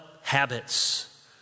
habits